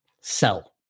sell